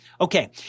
Okay